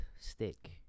stick